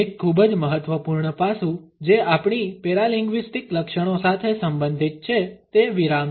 એક ખૂબ જ મહત્વપૂર્ણ પાસું જે આપણી પેરાલિંગ્વીસ્ટિક લક્ષણો સાથે સંબંધિત છે તે વિરામ છે